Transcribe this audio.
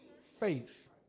faith